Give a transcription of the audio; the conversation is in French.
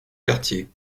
quartier